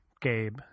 Gabe